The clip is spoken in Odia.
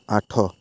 ଆଠ